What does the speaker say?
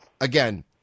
again